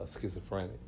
schizophrenic